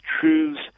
truths